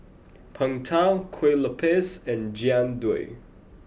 Png Tao Kueh Lopes and Jian Dui